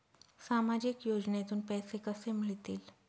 सामाजिक योजनेतून पैसे कसे मिळतील?